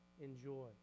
enjoy